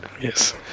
Yes